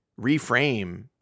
reframe